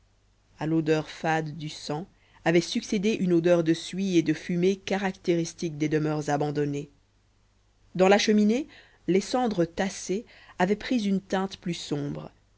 à l'odeur fade du sang avait succédé une odeur de suie et de fumée caractéristique des demeures abandonnées dans la cheminée les cendres tassées avaient pris une teinte plus sombre